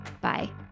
Bye